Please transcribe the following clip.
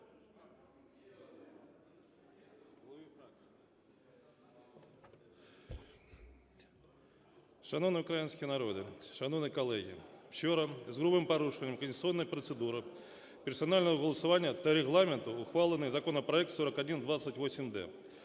Шановний український народе, шановні колеги! Вчора з грубим порушенням конституційної процедури, персонального голосування та Регламенту ухвалений законопроект 4128-д,